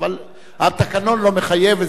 אבל התקנון לא מחייב,